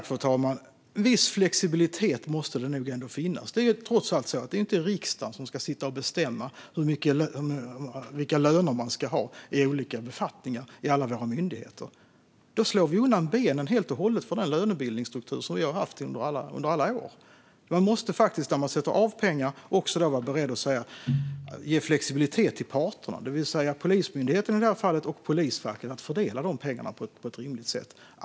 Fru talman! En viss flexibilitet måste det nog ändå finnas. Det är trots allt inte riksdagen som ska sitta och bestämma vilka löner man ska ha i olika befattningar i alla våra myndigheter. Då skulle vi ju slå undan benen helt och hållet för den lönebildningsstruktur som vi har haft under alla år. När man sätter av pengar måste man också vara beredd att ge flexibilitet till parterna, i det här fallet Polismyndigheten och polisfacken, att fördela de pengarna på ett rimligt sätt.